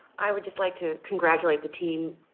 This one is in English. i would just like to congratulate the team.